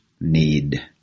need